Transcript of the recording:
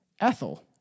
Ethel